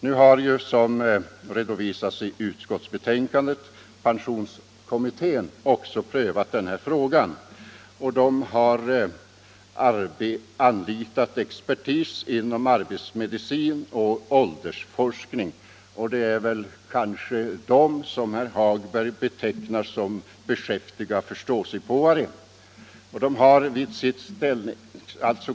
Nu har, som redovisas i utskottsbetänkandet, pensionskommittén också prövat den här frågan. Man har anlitat expertis inom arbetsmedicin och åldringsforskning. Det är väl dem som herr Hagberg betecknar som beskäftiga förståsigpåare.